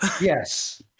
Yes